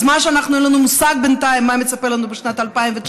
אז מה שאנחנו אין לנו מושג בינתיים מה מצפה לנו בשנת 2019?